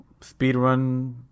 speedrun